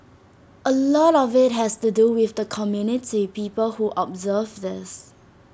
A lot of IT has to do with the community people who observe this